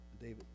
David